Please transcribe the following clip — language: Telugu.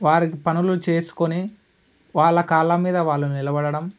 వారి పనులు చేసుకుని వాళ్ళ కాళ్ళ మీద వాళ్ళు నిలబడ్డం